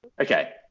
okay